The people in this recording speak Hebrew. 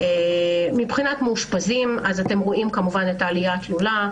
מבחינת מאושפזים, אתם רואים את העלייה התלולה.